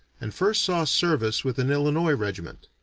and first saw service with an illinois regiment.